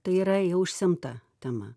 tai yra jau išsemta tema